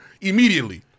immediately